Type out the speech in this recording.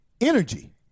energy